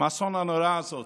מהאסון הנורא הזה.